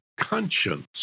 conscience